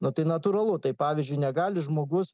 nu tai natūralu tai pavyzdžiui negali žmogus